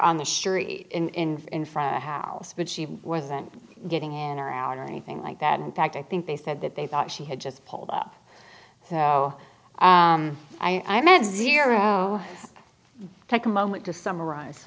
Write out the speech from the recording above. on the sure in in front of house but she wasn't getting in or out or anything like that in fact i think they said that they thought she had just pulled up so i met zero take a moment to summarize